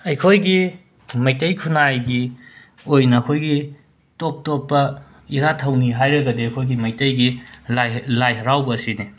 ꯑꯩꯈꯣꯏꯒꯤ ꯃꯩꯇꯩ ꯈꯨꯅꯥꯏꯒꯤ ꯑꯣꯏꯅ ꯑꯩꯈꯣꯏꯒꯤ ꯇꯣꯞ ꯇꯣꯞꯄ ꯏꯔꯥꯠ ꯊꯧꯅꯤ ꯍꯥꯏꯔꯒꯗꯤ ꯑꯩꯈꯣꯏꯒꯤ ꯃꯩꯇꯩꯒꯤ ꯂꯥꯏ ꯂꯥꯏ ꯍꯔꯥꯎꯕ ꯑꯁꯤꯅꯤ